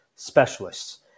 specialists